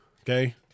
okay